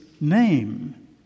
name